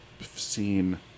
seen